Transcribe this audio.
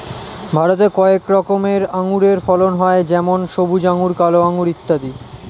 ভারতে কয়েক রকমের আঙুরের ফলন হয় যেমন সবুজ আঙুর, কালো আঙুর ইত্যাদি